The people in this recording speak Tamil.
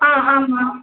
ஆ ஆமாம்